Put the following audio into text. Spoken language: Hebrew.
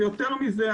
יותר מזה,